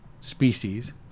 species